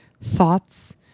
thoughts